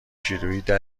کیلوییده